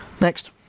Next